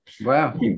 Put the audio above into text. wow